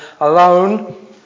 alone